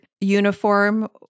uniform